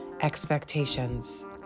expectations